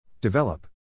Develop